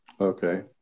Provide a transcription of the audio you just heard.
Okay